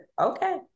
okay